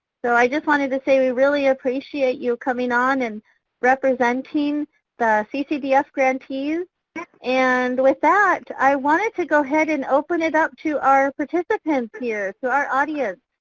so i just wanted to say we really appreciate you coming on and representing the ccdf grantees and with that i wanted to go ahead and open it up to our participants here to so our audience.